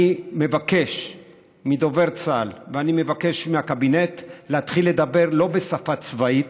אני מבקש מדובר צה"ל ואני מבקש מהקבינט להתחיל לדבר לא בשפה צבאית,